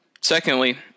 Secondly